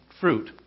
fruit